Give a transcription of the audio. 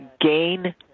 gain